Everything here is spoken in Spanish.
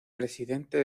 presidente